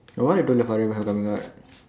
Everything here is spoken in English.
no when coming out